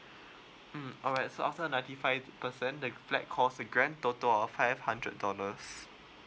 mm alright so after ninety five percent the flat cost a grand total of five hundred dollars